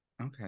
Okay